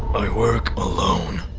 i work alone.